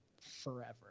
forever